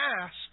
asked